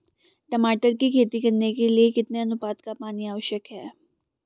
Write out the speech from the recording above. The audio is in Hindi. टमाटर की खेती करने के लिए कितने अनुपात का पानी आवश्यक है?